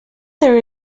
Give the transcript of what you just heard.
there